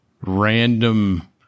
random